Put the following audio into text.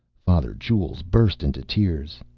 father jules burst into tears.